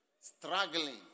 Struggling